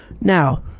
now